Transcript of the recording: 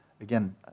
again